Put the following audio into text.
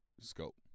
scope